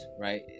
right